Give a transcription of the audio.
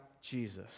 Jesus